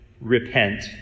Repent